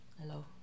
Hello